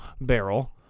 barrel